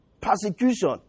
persecution